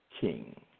king